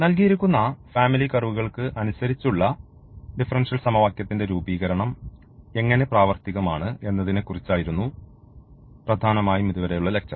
നൽകിയിരിക്കുന്ന ഫാമിലി കർവുകൾക്ക് അനുസരിച്ചുള്ള ഡിഫറൻഷ്യൽ സമവാക്യത്തിന്റെ രൂപീകരണം എങ്ങനെ പ്രാവർത്തികമാണ് എന്നതിനെക്കുറിച്ചായിരുന്നു പ്രധാനമായും ഇതുവരെയുള്ള ലക്ച്ചർ